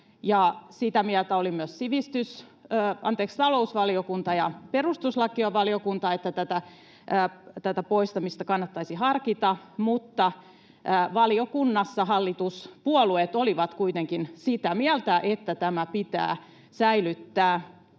sitä mieltä olivat myös talousvaliokunta ja perustuslakivaliokunta, että tätä poistamista kannattaisi harkita, mutta valiokunnassa hallituspuolueet olivat kuitenkin sitä mieltä, että tämä pitää säilyttää.